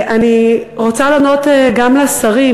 אני רוצה להודות גם לשרים: